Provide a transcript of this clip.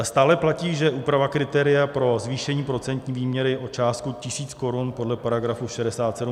Stále platí, že úprava kritéria pro zvýšení procentní výměry o částku tisíc korun podle § 67 písm.